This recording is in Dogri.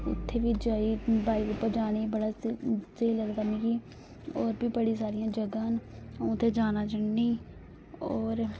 उत्थै बी बाइक उप्पर जाने गी बड़ा स्हेई लगदा मिगी और बी बड़ी सारियां जगहां न अ'ऊं उत्थै जाना चाहन्नीं और